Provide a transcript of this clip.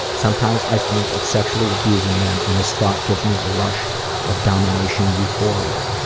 sometimes i think of sexually abusing them and this thought gives me a rush of domination euphoria.